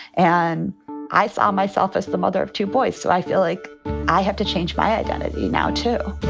and i saw myself as the mother of two boys. so i feel like i have to change my identity now to